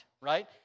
right